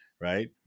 right